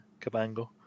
Cabango